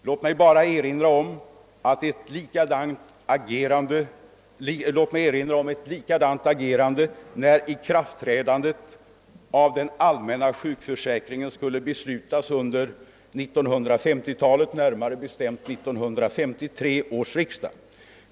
Låt mig bara erinra om ett likadant agerande när ikraftträdandet av den allmänna sjukförsäkringen skulle beslutas under 1950-talet, närmare bestämt vid 1953 års riksdag.